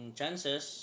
chances